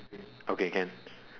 okay can